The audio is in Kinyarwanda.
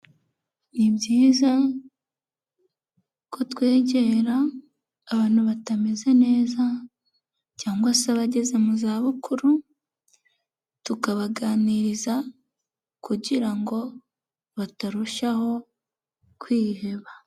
Ni byiza ko twegera abantu batameze neza cyangwa se abageze mu zabukuru, tukabaganiriza kugira ngo batarushaho kwiheba.